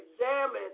examine